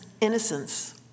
innocence